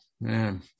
man